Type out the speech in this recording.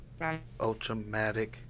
ultramatic